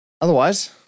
Otherwise